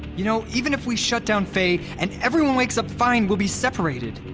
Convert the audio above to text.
you know even if we shut down faye and everyone wakes up fine, we'll be separated.